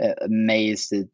amazed